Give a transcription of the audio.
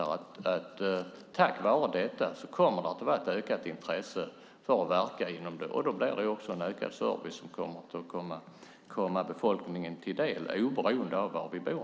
Tack vare det som här föreslås kommer det att bli ett ökat intresse för att verka inom området. Då blir det också en utökad service som kommer befolkningen till del, oberoende av var man bor.